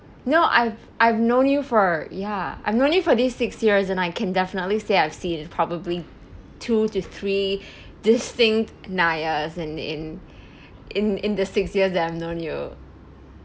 no I've I've known you for ya I've known you for these six years and I can definitely say I've seen is probably two to three distinct and in in in the six years that I've known you